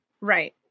right